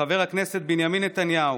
חבר הכנסת בנימין נתניהו,